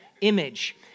image